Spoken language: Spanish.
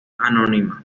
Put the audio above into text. anónima